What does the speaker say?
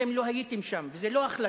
אתם לא הייתם שם, וזו לא החלטה.